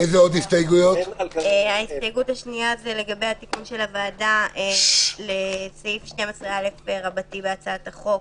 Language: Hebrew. ההסתייגות השנייה היא לגבי התיקון של הוועדה לסעיף 12א בהצעת החוק,